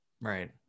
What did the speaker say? right